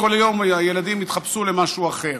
כל יום הילדים יתחפשו למשהו אחר.